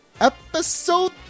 episode